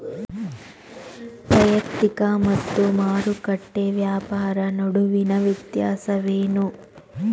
ವೈಯಕ್ತಿಕ ಮತ್ತು ಮಾರುಕಟ್ಟೆ ವ್ಯಾಪಾರ ನಡುವಿನ ವ್ಯತ್ಯಾಸವೇನು?